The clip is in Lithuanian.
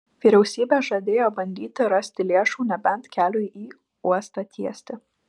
vyriausybė žadėjo bandyti rasti lėšų nebent keliui į uostą tiesti